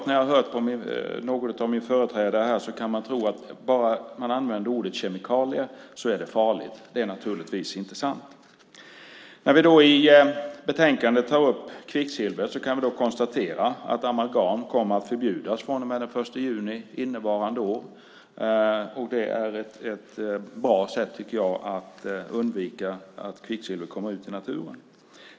När man hör på någon av mina företrädare här kan man tro att om bara ordet kemikalier används är det något som är farligt. Det är naturligtvis inte sant. I betänkandet tar vi upp frågan om kvicksilver, och vi kan konstatera att amalgam kommer att förbjudas från och med den 1 juni innevarande år. Det är ett bra sätt, tycker jag, att undvika att kvicksilver kommer ut i naturen.